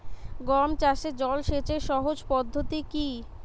গম চাষে জল সেচের সহজ পদ্ধতি কি?